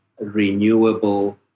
renewable